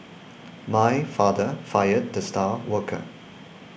my father fired the star worker